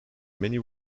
many